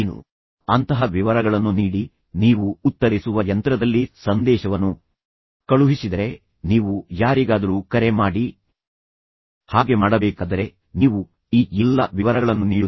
ಆದ್ದರಿಂದ ಅಂತಹ ವಿವರಗಳನ್ನು ನೀಡಿ ನೀವು ಉತ್ತರಿಸುವ ಯಂತ್ರದಲ್ಲಿ ಸಂದೇಶವನ್ನು ಕಳುಹಿಸಿದರೆ ನೀವು ಯಾರಿಗಾದರೂ ಕರೆ ಮಾಡಿ ಹಾಗೆ ಮಾಡಬೇಕಾದರೆ ನೀವು ಈ ಎಲ್ಲಾ ವಿವರಗಳನ್ನು ನೀಡುತ್ತೀರಿ